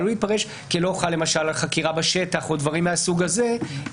כלא חל למשל על חקירה בשטח או דברים מהסוג הזה,